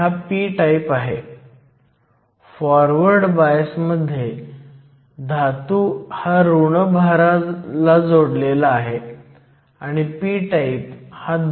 आपल्याकडे germanium silicon gallium arsenide आहेत band gap मूल्य Eg मध्ये दिलेली आहेत आणि ती प्रामुख्याने तुलना करण्यासाठी वापरली जातात